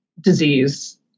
disease